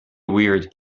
weird